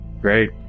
great